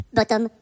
Bottom